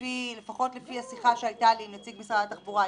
לפחות לפי השיחה שהייתה לי עם נציג משרד התחבורה,